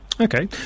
Okay